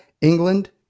England